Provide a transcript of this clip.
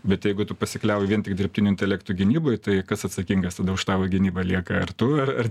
bet jeigu tu pasikliauji vien tik dirbtiniu intelektu gynyboj tai kas atsakingas tada už tavo gynybą lieka ar tu ar ar